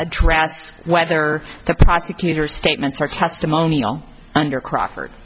address whether the prosecutor statements are testimonial under crockford